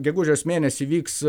gegužės mėnesį vyks